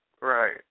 Right